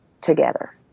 together